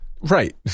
Right